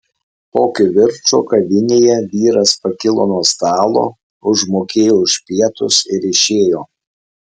po kivirčo kavinėje vyras pakilo nuo stalo užmokėjo už pietus ir išėjo